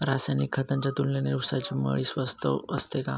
रासायनिक खतांच्या तुलनेत ऊसाची मळी स्वस्त असते का?